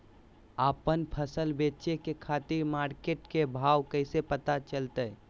आपन फसल बेचे के खातिर मार्केट के भाव कैसे पता चलतय?